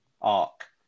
arc